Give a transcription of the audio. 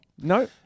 No